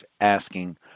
asking